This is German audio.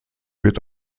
wird